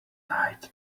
night